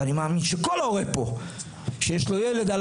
ואני מאמין שכל הורה פה שיש לו ילד על